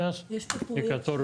יש תוכניות